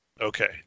Okay